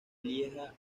lieja